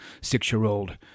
six-year-old